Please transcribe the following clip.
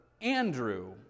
Andrew